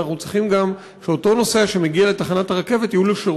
אנחנו צריכים גם שאותו נוסע שמגיע לתחנת הרכבת יהיו לו שירותי,